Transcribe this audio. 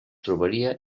trobaria